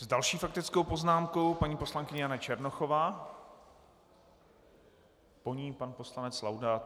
S další faktickou poznámkou paní poslankyně Jana Černochová, po ní pan poslanec Laudát.